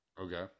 Okay